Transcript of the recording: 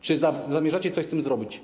Czy zamierzacie coś z tym zrobić?